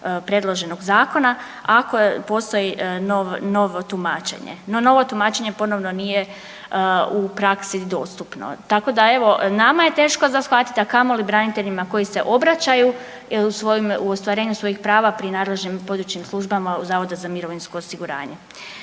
predloženog zakona ako postoji novo tumačenje. No, novo tumačenje ponovno nije u praksi dostupno. Tako da evo, nama je teško za shvatiti, a kamoli braniteljima koji se obraćaju u ostvarenju svojih prava pri nadležnim područnim službama Zavoda za mirovinsko osiguranje.